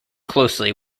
closely